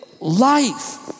life